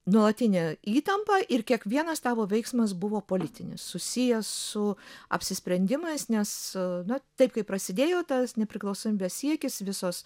nuolatinė įtampa ir kiekvienas tavo veiksmas buvo politinis susijęs su apsisprendimais nes nu taip kaip prasidėjo tas nepriklausomybės siekis visos